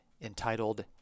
entitled